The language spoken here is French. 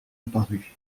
apparu